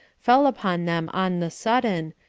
fell upon them on the sudden,